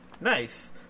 Nice